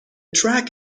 track